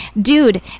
dude